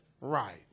right